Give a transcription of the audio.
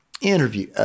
interview